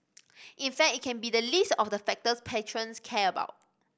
in fact it can be the least of the factors patrons care about